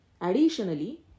Additionally